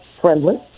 friendly